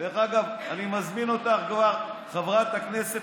דרך אגב, אני מזמין אותך כבר, חברת הכנסת